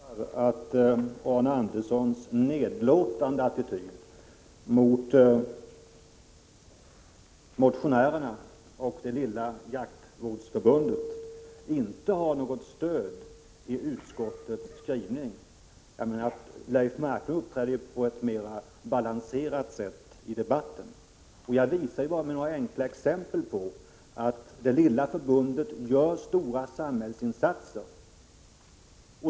Herr talman! Jag konstaterar att Arne Anderssons i Ljung nedlåtande attityd mot motionärerna och det lilla jaktvårdsförbundet inte har något stöd i utskottets skrivning. Leif Marklund uppträdde på ett mer balanserat sätt i debatten. Jag visade bara med några enkla exempel att det lilla förbundet gör stora samhällsinsatser.